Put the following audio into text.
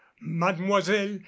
mademoiselle